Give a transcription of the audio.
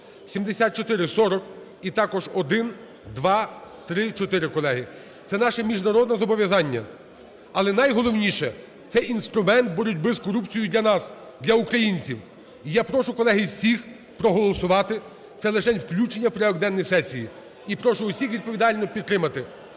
7440 і також -1, -2, -3, -4, колеги. Це наше міжнародне зобов'язання, але найголовніше – це інструмент боротьби з корупцією для нас, для українців. І я прошу, колеги, всіх проголосувати, це лишень включення в порядок денний сесії, і прошу всіх відповідально підтримати.